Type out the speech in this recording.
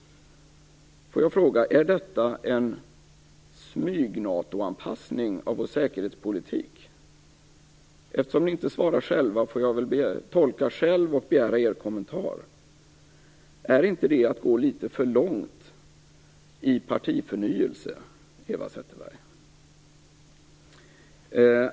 Är detta en smyg-NATO-anpassning av vår säkerhetspolitik? Eftersom ni inte svarar själva, får jag tolka själv och begära era kommentarer. Är det inte att gå för långt i partiförnyelse, Eva Zetterberg?